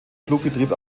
flugbetrieb